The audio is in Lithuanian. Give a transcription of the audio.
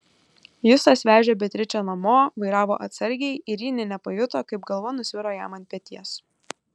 justas vežė beatričę namo vairavo atsargiai ir ji nė nepajuto kaip galva nusviro jam ant peties